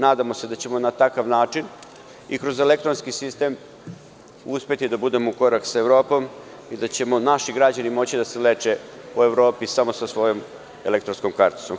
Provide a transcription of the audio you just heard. Nadamo se da ćemo na takav način i kroz elektronski sistem uspeti da budemo u korak s Evropom i da će naši građani moći da se leče u Evropi samo sa svojom elektronskom karticom.